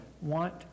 want